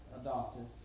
adopted